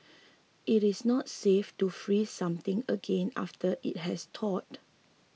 it is not safe to freeze something again after it has thawed